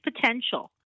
potential